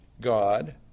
God